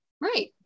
Right